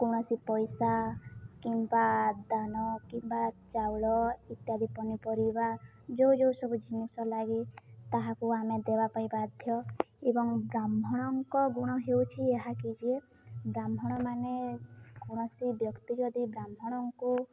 କୌଣସି ପଇସା କିମ୍ବା ଦାନ କିମ୍ବା ଚାଉଳ ଇତ୍ୟାଦି ପନିପରିବା ଯେଉଁ ଯେଉଁ ସବୁ ଜିନିଷ ଲାଗି ତାହାକୁ ଆମେ ଦେବା ପାଇଁ ବାଧ୍ୟ ଏବଂ ବ୍ରାହ୍ମଣଙ୍କ ଗୁଣ ହେଉଛି ଏହାକି ଯେ ବ୍ରାହ୍ମଣମାନେ କୌଣସି ବ୍ୟକ୍ତି ଯଦି ବ୍ରାହ୍ମଣଙ୍କୁ